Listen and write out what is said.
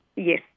Yes